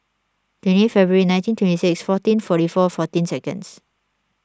twenty February nineteen twenty six fourteen forty four fourteen seconds